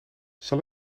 zal